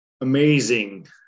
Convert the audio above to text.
amazing